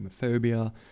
homophobia